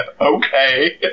okay